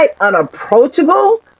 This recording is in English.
unapproachable